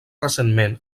recentment